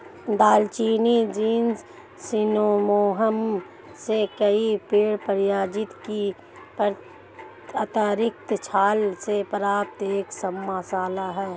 दालचीनी genus Cinnamomum से कई पेड़ प्रजातियों की आंतरिक छाल से प्राप्त एक मसाला है